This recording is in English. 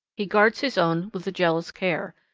he guards his own with jealous care.